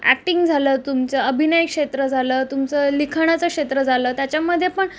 acting झालं तुमचं अभिनय क्षेत्र झालं तुमचं लिखाणाचं क्षेत्र झालं त्याच्यामध्ये पण